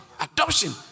Adoption